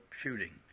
shooting